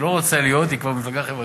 היא לא רוצה להיות, היא כבר מפלגה חברתית.